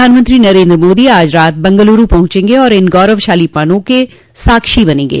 प्रधानमंत्री नरेन्द्र मादी आज रात बेंगलूरू पहुंचेंगे और इन गौरवशाली पलों के साक्षी बनेंगे